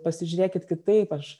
pasižiūrėkit kitaip aš